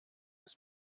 des